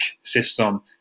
system